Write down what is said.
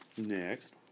Next